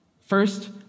First